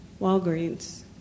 Walgreens